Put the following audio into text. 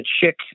Chick